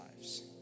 lives